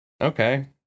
okay